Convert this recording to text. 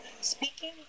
Speaking